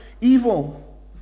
evil